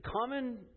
common